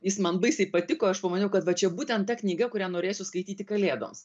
jis man baisiai patiko aš pamaniau kad va čia būtent ta knyga kurią norėsiu skaityti kalėdoms